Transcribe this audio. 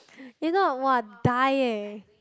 if not [wah] die leh